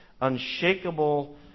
unshakable